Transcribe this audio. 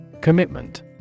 Commitment